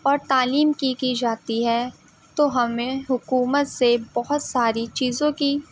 اور تعلیم کی کی جاتی ہے تو ہمیں حکومت سے بہت ساری چیزوں کی